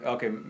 Okay